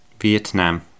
Vietnam